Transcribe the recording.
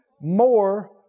More